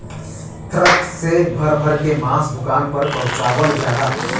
truck से भर भर के मांस दुकान पर पहुंचवाल जाला